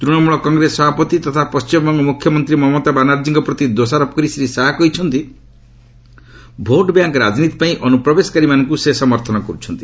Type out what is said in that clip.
ତୃଶମୂଳ କଂଗ୍ରେସ ସଭାପତି ତଥା ପଣ୍ଟିମବଙ୍ଗ ମୁଖ୍ୟମନ୍ତ୍ରୀ ମମତା ବାନାର୍ଜୀଙ୍କ ପ୍ରତି ଦୋଷାରୋପ କରି ଶ୍ରୀ ଶାହା କହିଛନ୍ତି ଭୋଟ୍ ବ୍ୟାଙ୍କ୍ ରାଜନୀତି ପାଇଁ ଅନୁପ୍ରବେଶକାରୀମାନଙ୍କୁ ସେ ସମର୍ଥନ କରୁଛନ୍ତି